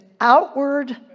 outward